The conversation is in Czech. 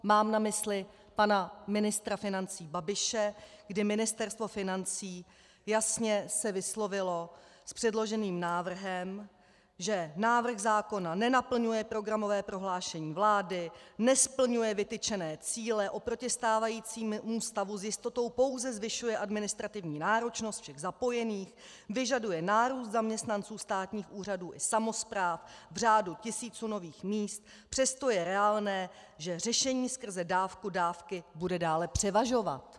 Mám na mysli pana ministra financí Babiše, kdy Ministerstvo financí jasně se vyslovilo s předloženým návrhem, že návrh zákona nenaplňuje programové prohlášení vlády, nesplňuje vytyčené cíle oproti stávajícímu stavu, s jistotou pouze zvyšuje administrativní náročnost všech zapojených, vyžaduje nárůst zaměstnanců státních úřadů i samospráv v řádu tisíců nových míst, přesto je reálné, že řešení skrze dávky bude dále převažovat.